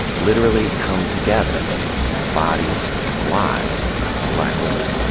literally come together in the bodies and the lives of black women.